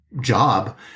job